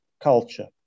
culture